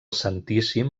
santíssim